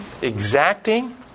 exacting